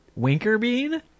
Winkerbean